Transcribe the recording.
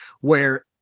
where-